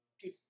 good